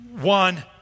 One